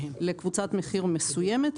לקבוצת מחיר מסוימת,